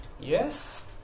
yes